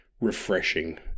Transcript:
refreshing